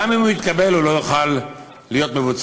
גם אם הוא יתקבל, הוא לא יוכל להיות מבוצע.